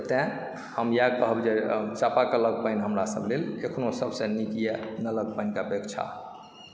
तै हम यह कहब जे चापाकलक पानि हमरासभ लेल अखनो सबसँ नीक यऽ नलक पानिके अपेक्षा